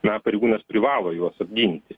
na pareigūnas privalo juos apginti